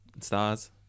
stars